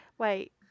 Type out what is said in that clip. Wait